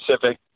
Pacific